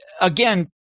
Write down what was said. again